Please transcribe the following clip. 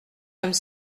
comme